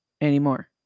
anymore